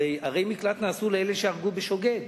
הרי ערי מקלט נעשו לאלה שהרגו בשוגג,